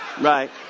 Right